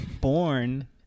born